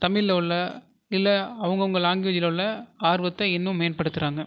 தமிழில் உள்ள இல்லை அவங்கவங்க லேங்குவேஜ்ஜில் உள்ள ஆர்வத்தை இன்னும் மேன்படுத்துறாங்க